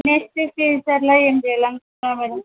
next సీజన్లో ఎం చేయలనుకుంటున్నావు